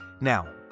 Now